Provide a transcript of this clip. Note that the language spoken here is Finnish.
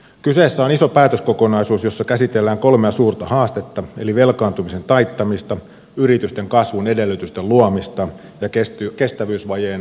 kyseessä on iso päätöskokonaisuus jossa käsitellään kolmea suurta haastetta eli velkaantumisen taittamista yritysten kasvun edellytysten luomista ja kestävyysvajeen umpeen kuromista